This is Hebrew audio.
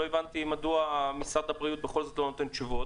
לא הבנתי מדוע משרד הבריאות בכל זאת לא נותן תשובות.